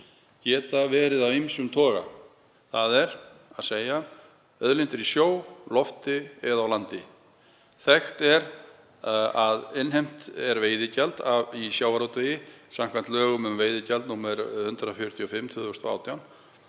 geta verið af ýmsum toga, þ.e. auðlindir í sjó, í lofti eða á landi. Þekkt er að innheimt er veiðigjald í sjávarútvegi samkvæmt lögum um veiðigjald, nr. 145/2018,